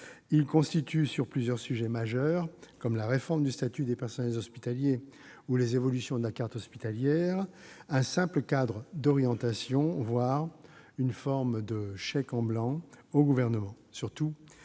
il constitue sur plusieurs sujets majeurs, comme la réforme du statut des personnels hospitaliers ou les évolutions de la carte hospitalière, un simple cadre d'orientations, voire une forme de « chèque en blanc » au Gouvernement. De surcroît,